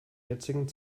jetzigen